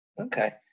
Okay